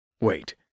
Wait